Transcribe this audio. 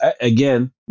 again